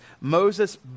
Moses